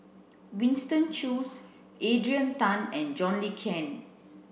Winston Choos Adrian Tan and John Le Cain